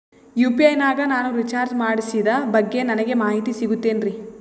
UPI ನಾಗ ನಾನು recharge ಮಾಡಿಸಿದ ಬಗ್ಗೆ ನನಗೆ ಮಾಹಿತಿ ಸಿಗುತೇನ್ರೀ?